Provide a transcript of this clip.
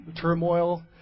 turmoil